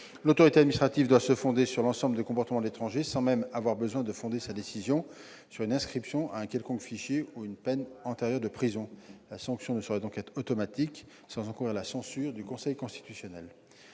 l'autorité administrative doit se fonder sur l'ensemble du comportement de l'étranger, sans même avoir besoin de fonder sa décision sur une inscription à un quelconque fichier ou une peine antérieure de prison. La sanction ne saurait donc être automatique sans encourir la censure du Conseil constitutionnel.